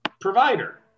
provider